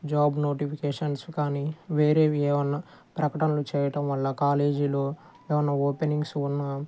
job notifications కానీ వేరేవి ఏవన్న ప్రకటనలు చేయటం వల్ల కాలేజీలో ఏవైన ఓపెనింగ్స్ ఉన్నా